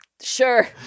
sure